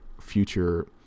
future